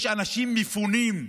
יש אנשים מפונים,